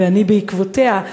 ואני בעקבותיה,